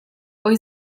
ohi